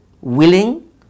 willing